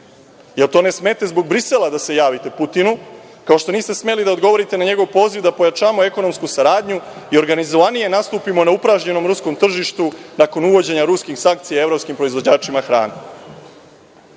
li to ne smete zbog Brisela da se javite Putinu, kao što niste smeli da odgovorite na njegov poziv da pojačamo ekonomsku saradnju i organizovanije nastupimo na upražnjenom ruskom tržištu nakon uvođenja ruskih sankcija evropskim proizvođačima hrane. Na